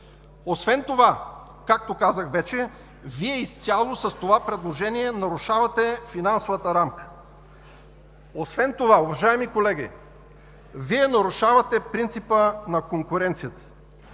Освен това, както казах вече, с това предложение Вие изцяло нарушавате финансовата рамка. Освен това, уважаеми колеги, Вие нарушавате принципа на конкуренцията.